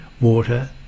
Water